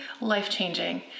life-changing